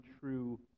true